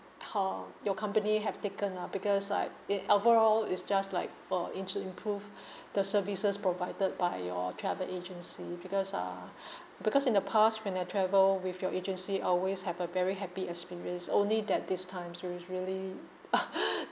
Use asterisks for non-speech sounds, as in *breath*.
term your company have taken lah because like it overall it's just like uh in to improve *breath* the services provided by your travel agency because ah because in the past when I travel with your agency I always have a very happy experience only that this time it was really *laughs*